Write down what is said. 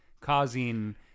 causing